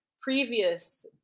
previous